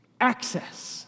access